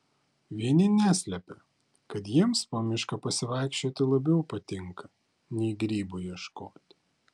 vieni neslepia kad jiems po mišką pasivaikščioti labiau patinka nei grybų ieškoti